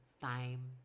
time